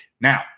Now